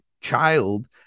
child